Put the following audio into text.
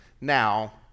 now